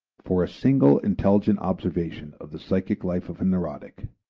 for a single intelligent observation of the psychic life of a neurotic,